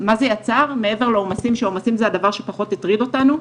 מעבר לעומסים שזה הדבר שפחות הטריד אותנו,